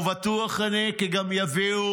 ובטוח אני כי גם יביאו